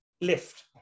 lift